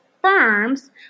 firms